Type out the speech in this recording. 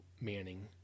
Manning